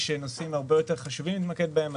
יש נושאים הרבה יותר חשובים להתמקד בהם.